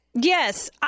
Yes